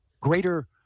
greater